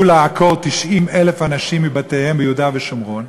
לעקור 90,000 אנשים מבתיהם ביהודה ושומרון,